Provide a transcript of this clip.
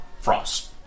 frost